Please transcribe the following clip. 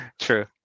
True